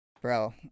bro